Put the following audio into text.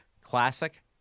Classic